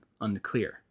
unclear